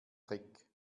trick